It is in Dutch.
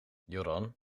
joran